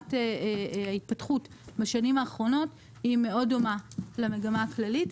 שמגמת ההתפתחות בשנים האחרונות מאוד דומה למגמה הכללית,